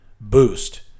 boost